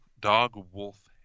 dog-wolf